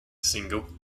single